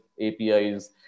APIs